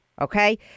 okay